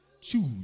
choose